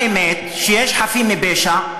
האמת היא שיש חפים מפשע,